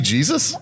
Jesus